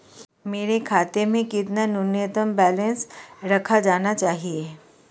मेरे खाते में कितना न्यूनतम बैलेंस रखा जाना चाहिए?